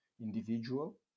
individual